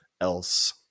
else